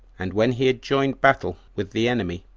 and when he had joined battle with the enemy,